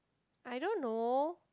I don't know